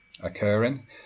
occurring